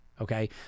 okay